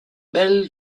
bel